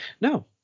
no